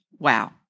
Wow